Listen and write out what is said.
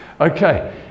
Okay